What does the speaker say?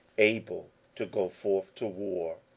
able to go forth to war,